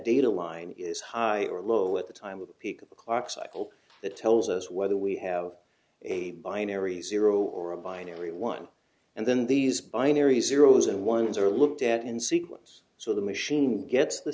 data line is high or low at the time of the peak clock cycle that tells us whether we have a binary zero or a binary one and then these binary zeros and ones are looked at in sequence so the machine gets the